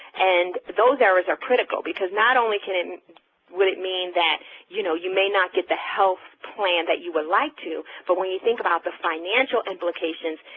and those errors are critical, because not only can it would it mean that you know, you may not get the health plan that you would like to, but when you think about the financial implications,